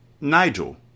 Nigel